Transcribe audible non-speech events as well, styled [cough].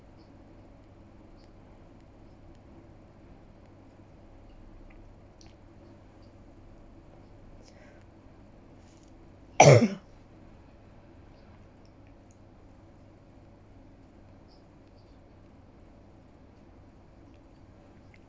[coughs]